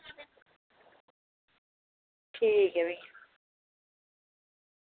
ठीक ऐ फ्ही